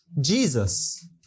Jesus